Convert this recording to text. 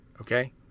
okay